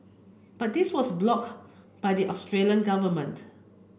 but this was blocked by the Australian government